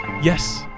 Yes